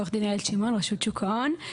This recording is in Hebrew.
עו"ד איילת שמעון, רשות שוק ההון.